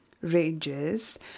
ranges